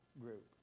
group